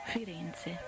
Firenze